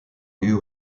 lieu